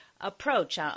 approach